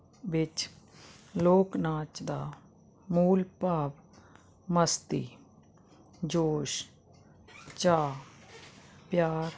ਵਿੱਚ ਲੋਕ ਨਾਚ ਦਾ ਮੂਲ ਭਾਵ ਮਸਤੀ ਜੋਸ਼ ਜਾਂ ਪਿਆਰ